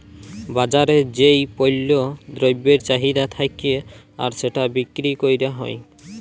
বাজারে যেই পল্য দ্রব্যের চাহিদা থাক্যে আর সেটা বিক্রি ক্যরা হ্যয়